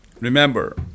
Remember